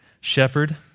Shepherd